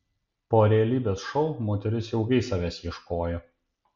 po realybės šou moteris ilgai savęs ieškojo